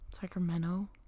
Sacramento